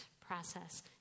process